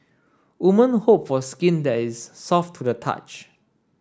woman hope for skin that is soft to the touch